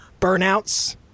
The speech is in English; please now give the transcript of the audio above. Burnouts